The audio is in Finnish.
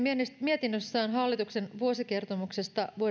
mietinnössään hallituksen vuosikertomuksesta vuodelta